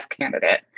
candidate